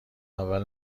اول